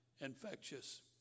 infectious